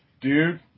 Dude